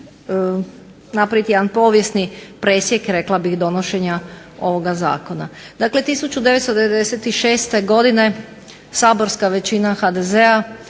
napraviti jedan povijesni presjek rekla bih donošenja ovoga Zakona. Dakle, 1996. godine saborska većina HDZ-a